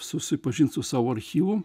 susipažint su savo archyvu